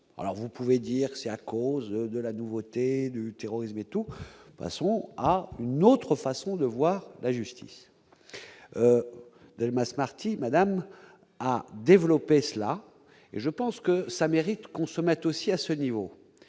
alors vous pouvez dire que c'est à cause de la nouveauté du terrorisme et tout, passons à une autre façon de voir la justice Delmas-Marty Madame a développer cela et je pense que ça mérite qu'on se met aussi à ce niveau,